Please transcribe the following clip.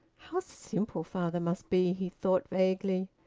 how simple father must be! he thought vaguely.